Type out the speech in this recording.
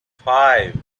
five